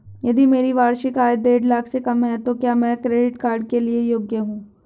यदि मेरी वार्षिक आय देढ़ लाख से कम है तो क्या मैं क्रेडिट कार्ड के लिए योग्य हूँ?